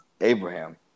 Abraham